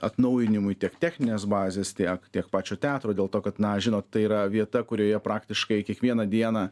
atnaujinimui tiek techninės bazės tiek tiek pačio teatro dėl to kad na žinot tai yra vieta kurioje praktiškai kiekvieną dieną